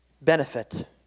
benefit